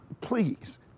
please